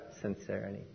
sincerity